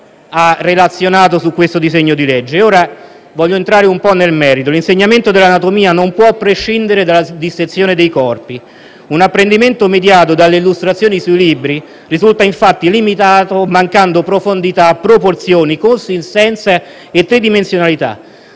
ha relazionato su questo disegno di legge. Ora voglio entrare un po' nel merito del provvedimento. L'insegnamento dell'anatomia non può prescindere dalla dissezione dei corpi. Un apprendimento mediato dalle illustrazioni sui libri risulta, infatti, limitato, mancando profondità, proporzioni, consistenza e tridimensionalità.